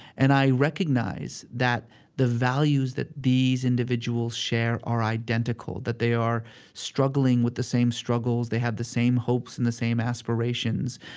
and i recognize that the values that these individuals share are identical, that they are struggling with the same struggles, they have the same hopes, and the same aspirations.